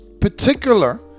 particular